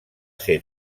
ser